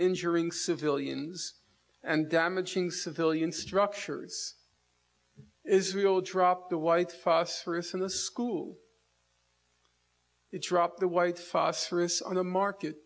injuring civilians and damaging civilian structures israel dropped the white phosphorus in the school drop the white phosphorus on the market